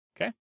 Okay